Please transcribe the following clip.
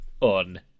on